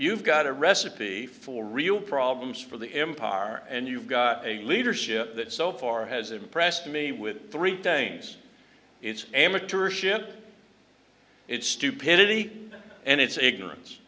you've got a recipe for real problems for the empire and you've got a leadership that so far has impressed me with three danes it's amateur ship it's stupidity and it's ignorance